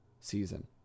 season